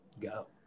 go